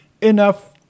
enough